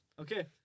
Okay